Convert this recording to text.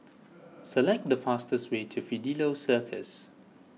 select the fastest way to Fidelio Circus